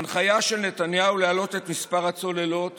הנחיה של נתניהו להעלות את מספר הצוללות